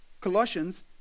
Colossians